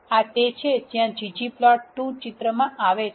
આ તે છે જ્યાં ggplot2 ચિત્રમાં આવે છે